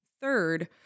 Third